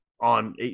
on